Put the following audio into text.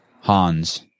hans